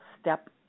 step